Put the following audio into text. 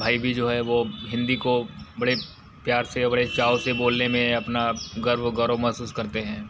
भाई भी जो हैं वो हिंदी को बड़े प्यार से और बड़े चाव से बोलने में अपना गर्व गौरव महसूस करते हैं